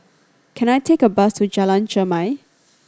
can I take a bus to Jalan Chermai